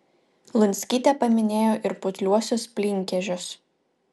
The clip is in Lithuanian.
lunskytė paminėjo ir putliuosius plynkežius